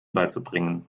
beizubringen